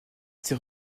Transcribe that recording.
ses